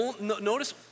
Notice